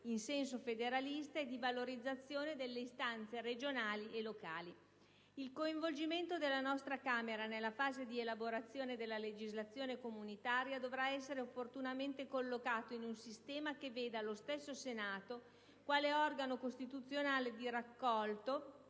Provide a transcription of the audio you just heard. in senso federalista e di valorizzazione delle istanze regionali e locali. Il coinvolgimento della nostra Camera nella fase di elaborazione della legislazione comunitaria dovrà essere opportunamente collocato in un sistema che veda lo stesso Senato quale organo costituzionale di raccordo